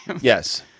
Yes